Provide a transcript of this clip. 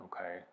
okay